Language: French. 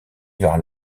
vers